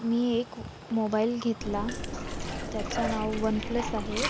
मी एक मोबाइल घेतला त्याचं नाव वन प्लस आहे